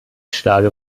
schlage